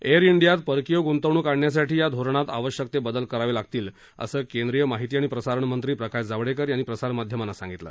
air डियात परकीय गुंतवणूक आणण्यासाठी या धोरणात आवश्यक ते बदल करावे लागतील असं केंद्रीय माहिती आणि प्रसारण मंत्री प्रकाश जावडेकर यांनी प्रसारमाध्यमांना सांगितलं